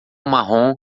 marrom